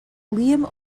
liam